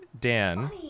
Dan